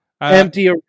Empty